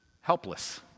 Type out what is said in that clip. helpless